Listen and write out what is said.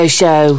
show